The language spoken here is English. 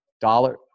dollar